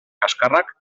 kaxkarrak